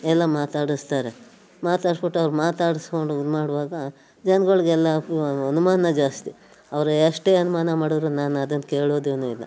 ಎಲ್ಲ ಮಾತಾಡಿಸ್ತಾರೆ ಮಾತಾಡಿಸ್ಬಿಟ್ಟು ಅವ್ರು ಮಾತಾಡಿಸ್ಕೊಂಡು ಇದ್ಮಾಡುವಾಗ ಜನಗಳಿಗೆಲ್ಲ ವ ಅನುಮಾನ ಜಾಸ್ತಿ ಅವರು ಎಷ್ಟೇ ಅನುಮಾನ ಮಾಡಿದ್ರೂ ನಾನು ಅದನ್ನು ಕೇಳೋದೂ ಇಲ್ಲ